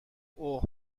اوه